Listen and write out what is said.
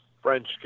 French